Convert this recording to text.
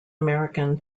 american